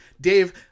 Dave